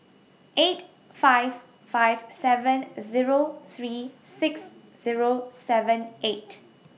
eight five five seven Zero three six Zero seven eight